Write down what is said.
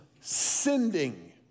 sending